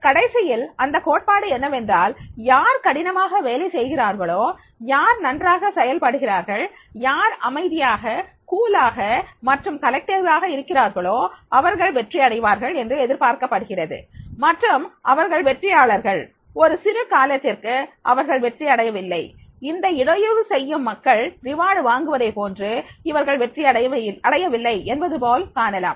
அதனால் கடைசியில் அந்த கோட்பாடு என்னவென்றால் யார் கடினமாக வேலை செய்கிறார்களோ யார் நன்றாக செயல்படுகிறார்கள் யார் அமைதியாக நிதானமாக மற்றும் கூட்டாக இருக்கிறார்களோ அவர்கள் வெற்றி அடைவார்கள் என்று எதிர்பார்க்கப்படுகிறது மற்றும் அவர்கள் வெற்றியாளர்கள் ஒரு சிறு காலத்திற்கு அவர்கள் வெற்றி அடையவில்லை இந்த இடையூறு செய்யும் மக்கள் ரிவார்டு வாங்குவதை போன்று இவர்கள் வெற்றி அடையவில்லை என்பதுபோல் காணலாம்